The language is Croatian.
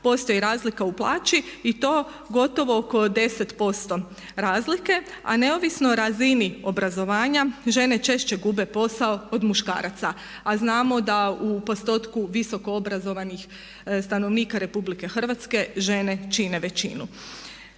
postoji razlika u plaći i to gotovo oko 10% razlike, a neovisno o razini obrazovanja žene češće gube posao od muškaraca. A znamo da u postotku visoko obrazovnih stanovnika RH žene čine većinu.